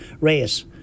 race